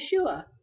Yeshua